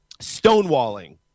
stonewalling